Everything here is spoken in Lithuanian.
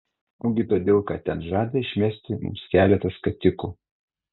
ogi todėl kad ten žada išmesti mums keletą skatikų